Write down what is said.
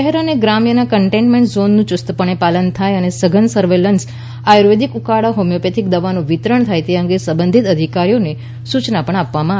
શહેર અને ગ્રામ્યના કન્ટેન્ટમેન્ટ ઝોનનું યુસ્તપણે પાલન થાય અને સઘન સર્વલન્સ આર્યુવેદિક ઉકાળા હોમિયોપેથીક દવાનું વિતરણ થાય તે અંગે સંબંઘિત અધિકારીઓને સૂચના આપવામાં આવી હતી